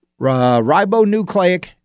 ribonucleic